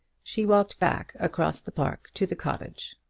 she walked back across the park to the cottage.